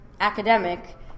academic